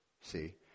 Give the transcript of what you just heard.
see